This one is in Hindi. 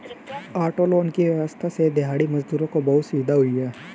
ऑटो लोन की व्यवस्था से दिहाड़ी मजदूरों को बहुत सुविधा हुई है